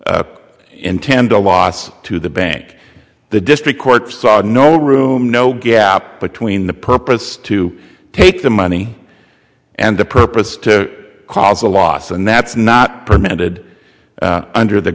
intend to loss to the bank the district court saw no room no gap between the purpose to take the money and the purpose to cause a loss and that's not permitted under the